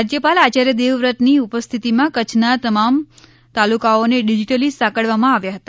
રાજ્યપાલ આયાર્ય દેવ વ્રત ની ઉપસ્થિતિમાં કચ્છ ના તમામ તાલુકાઓને ડીજીટલી સાંકળવામાં આવ્યા હતા